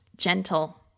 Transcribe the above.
gentle